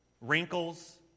Wrinkles